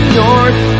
north